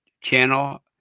channel